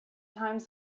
times